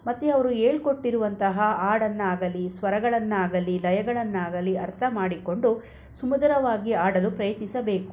ಮತ್ತೆ ಅವರು ಹೇಳ್ಕೊಟ್ಟಿರುವಂತಹ ಹಾಡನ್ನಾಗಲಿ ಸ್ವರಗಳನ್ನಾಗಲಿ ಲಯಗಳನ್ನಾಗಲಿ ಅರ್ಥ ಮಾಡಿಕೊಂಡು ಸುಮಧುರವಾಗಿ ಹಾಡಲು ಪ್ರಯತ್ನಿಸಬೇಕು